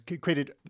created